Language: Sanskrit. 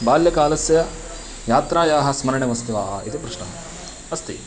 बाल्यकालस्य यात्रायाः स्मरणम् अस्ति वा इति प्रश्नम् अस्ति